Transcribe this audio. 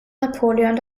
napoleon